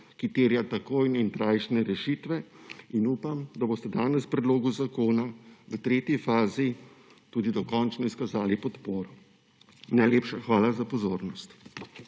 ki terja takojšnje in trajnejše rešitve, in upam, da boste danes predlogu zakona v tretji fazi tudi dokončno izkazali podporo. Najlepša hvala za pozornost.